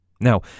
Now